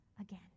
again